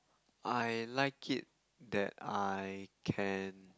I like it that I can